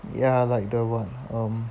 ya like the what um